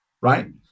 Right